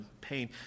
pain